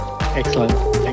Excellent